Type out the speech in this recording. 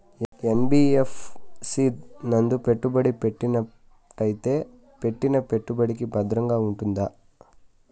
NBFC నందు పెట్టుబడి పెట్టినట్టయితే పెట్టిన పెట్టుబడికి భద్రంగా ఉంటుందా?